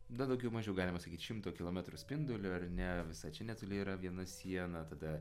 na daugiau mažiau galima sakyt šimto kilometrų spinduliu ar ne visai čia netoli yra viena siena tada